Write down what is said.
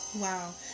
Wow